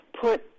put